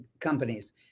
companies